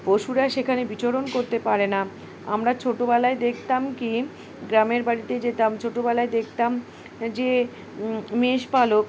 পশুরা সেখানে বিচরণ করতে পারে না আমরা ছোটোবেলায় দেখতাম কি গ্রামের বাড়িতে যেতাম ছোটোবেলায় দেখতাম যে মেষপালক